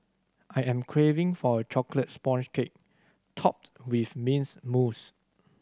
I am craving for a chocolate sponge cake topped with mints mousse